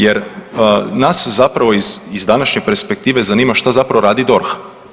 Jer nas zapravo iz današnje perspektive zanima što zapravo radi DORH.